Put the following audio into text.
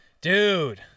Dude